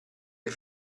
dei